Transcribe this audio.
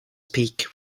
peak